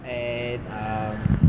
and uh